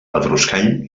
pedruscall